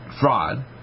fraud